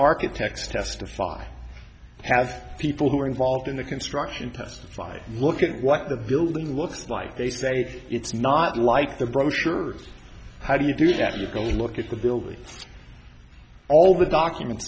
architects testify have people who are involved in the construction testify look at what the building looks like they say it's not like the brochures how do you do that you can look at the buildings all the documents